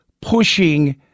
pushing